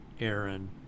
Aaron